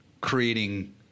creating –